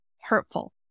hurtful